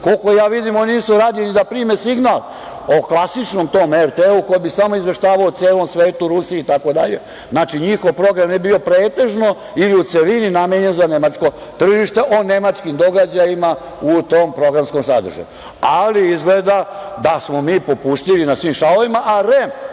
Koliko vidim, oni nisu radi ni da prime signal o klasičnom tom RTL koji bi samo izveštavao o celom svetu, o Rusiji itd. Znači, njihov program bi bio pretežno ili u celini namenjen za nemačko tržište o nemačkim događajima u tom programskom sadržaju, ali izgleda da smo mi popustljivi na svim šavovima, a REM